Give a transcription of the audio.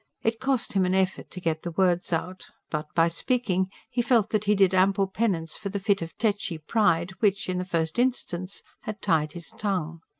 it cost him an effort to get the words out. but, by speaking, he felt that he did ample penance for the fit of tetchy pride which, in the first instance, had tied his tongue.